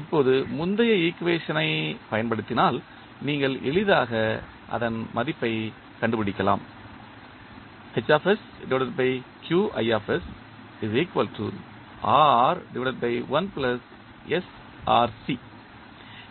இப்போது முந்தைய ஈக்குவேஷன் ஐ பயன்படுத்தினால் நீங்கள் எளிதாக அதன் மதிப்பைக் கண்டுபிடிக்கலாம்